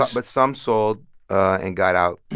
but some sold and got out,